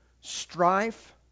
strife